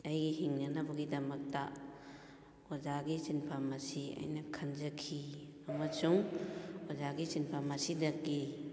ꯑꯩꯒꯤ ꯍꯤꯡꯅꯅꯕꯒꯤꯗꯃꯛꯇ ꯑꯣꯖꯥꯒꯤ ꯁꯤꯟꯐꯝ ꯑꯁꯤ ꯑꯩꯅ ꯈꯟꯖꯈꯤ ꯑꯃꯁꯨꯡ ꯑꯣꯖꯥꯒꯤ ꯁꯤꯟꯐꯝ ꯑꯁꯤꯗꯒꯤ